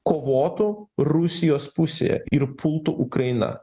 kovotų rusijos pusėje ir pultų ukrainą